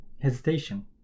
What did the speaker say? hesitation